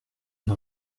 une